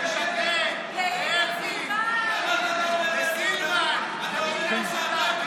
תגיד תודה, ווליד, אל תשכח להגיד